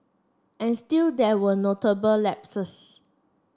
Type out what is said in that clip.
and still there were notable lapses